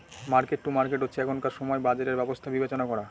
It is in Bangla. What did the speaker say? মার্কেট টু মার্কেট হচ্ছে এখনকার সময় বাজারের ব্যবস্থা বিবেচনা করা